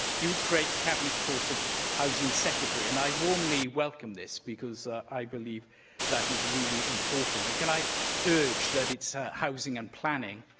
he would create a cabinet post of housing secretary. and i warmly welcome this, because i believe that is really important. and can i urge that it's housing and planning,